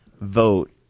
vote